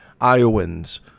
Iowans